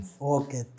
Okay